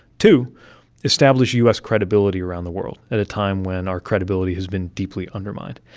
two establish u s. credibility around the world, at a time when our credibility has been deeply undermined.